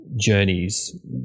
journeys